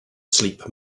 sleep